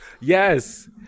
yes